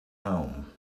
home